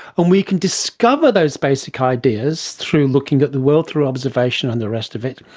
and we can discover those basic ideas through looking at the world, through observation and the rest of it.